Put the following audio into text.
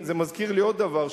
וזה מזכיר לי עוד דבר,